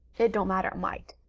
it don't matter a mite.